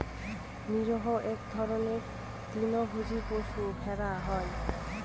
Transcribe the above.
নিরীহ এক ধরনের তৃণভোজী পশু ভেড়া হয়